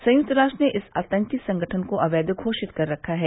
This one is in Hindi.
संयुक्त राष्ट्र ने इस आतंकी संगठन को अवैध घोषित कर रखा है